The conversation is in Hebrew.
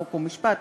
חוק ומשפט,